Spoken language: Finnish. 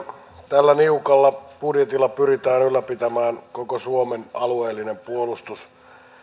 tällä niukalla budjetilla pyritään ylläpitämään koko suomen alueellinen puolustus